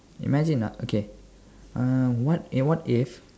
imagine ah okay uh what if what if